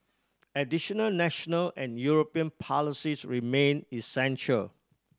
additional national and European policies remain essential